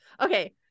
okay